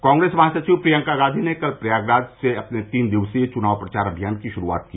कांग्रेस महासचिव प्रियंका गांधी ने कल प्रयागराज से अपने तीन दिवसीय चुनाव प्रचार अभियान की शुरूआत की